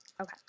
Okay